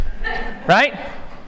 right